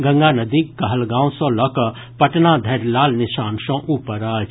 गंगा नदी कहलगांव सॅ लऽकऽ पटना धरि लाल निशान सॅ ऊपर अछि